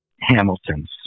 Hamilton's